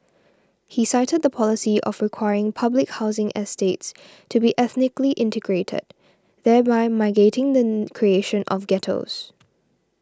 he cited the policy of requiring public housing estates to be ethnically integrated thereby mitigating then creation of ghettos